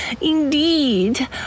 indeed